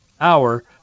hour